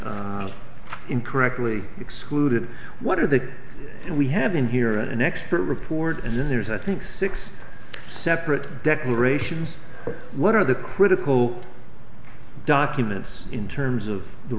incorrectly excluded what are the we have in here an expert report and then there's i think six separate declarations what are the critical documents in terms of the